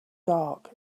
dark